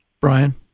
Brian